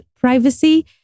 privacy